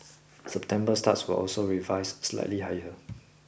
September starts were also revised slightly higher